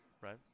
Right